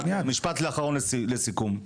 משפט אחרון לסיכום.